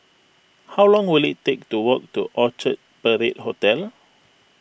how long will it take to walk to Orchard Parade Hotel